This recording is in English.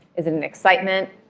is it an excitement?